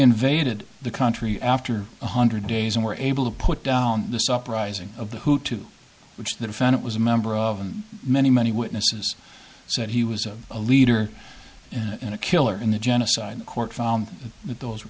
invaded the country after one hundred days and were able to put down this uprising of the hutu which that found it was a member of and many many witnesses said he was of a leader in a killer in the genocide court found that those were